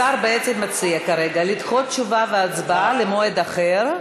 השר בעצם מציע כרגע לדחות את התשובה וההצבעה למועד אחר.